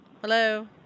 Hello